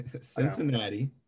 Cincinnati